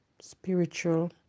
spiritual